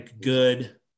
good